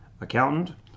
accountant